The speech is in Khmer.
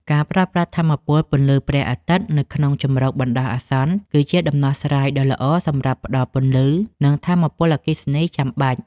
ការប្រើប្រាស់ថាមពលពន្លឺព្រះអាទិត្យនៅក្នុងជម្រកបណ្តោះអាសន្ន គឺជាដំណោះស្រាយដ៏ល្អសម្រាប់ផ្តល់ពន្លឺ និងថាមពលអគ្គិសនីចាំបាច់។